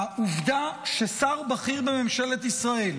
העובדה ששר בכיר בממשלת ישראל,